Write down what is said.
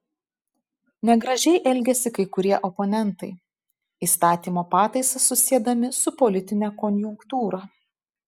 negražiai elgiasi kai kurie oponentai įstatymo pataisas susiedami su politine konjunktūra